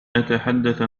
أتحدث